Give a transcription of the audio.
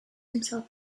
himself